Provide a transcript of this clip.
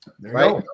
right